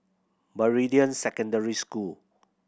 Meridian Secondary School